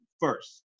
first